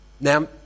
Now